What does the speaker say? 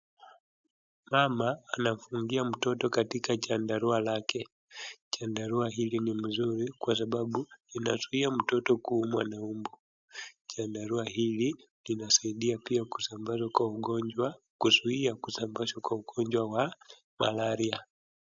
Mama anafungia mtoto katika chandarua lake. Chandarua hili ni mzuri kwa sababu inazuia mtoto kuumwa na mbu. Chandarua hili linasaidia pia kusambaza kwa ugonjwa kuzui akusambazwa kwa ugonjwa wa Malaria.